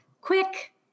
quick